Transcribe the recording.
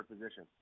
position